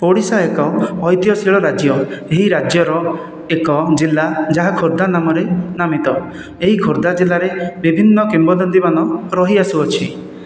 ଓଡ଼ିଶା ଏକ ଐତିହଶୀଳ ରାଜ୍ୟ ଏହି ରାଜ୍ୟର ଏକ ଜିଲ୍ଲା ଯାହା ଖୋର୍ଦ୍ଧା ନାମରେ ନାମିତ ଏହି ଖୋର୍ଦ୍ଧା ଜିଲ୍ଲାରେ ବିଭିନ୍ନ କିମ୍ବଦନ୍ତୀମାନ ରହିଆସୁଅଛି